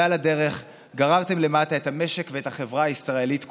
ועל הדרך גררתם למטה את המשק ואת החברה הישראלית כולה.